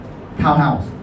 townhouse